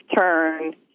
turn